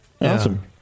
awesome